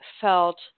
felt